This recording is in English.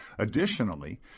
Additionally